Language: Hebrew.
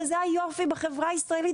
וזה היופי בחברה הישראלית.